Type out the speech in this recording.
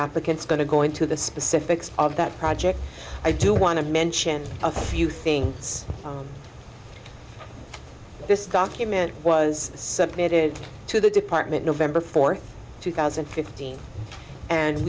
applicant's going to go into the specifics of that project i do want to mention a few things this document was submitted to the department november fourth two thousand and fifteen and